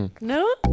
No